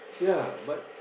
yea but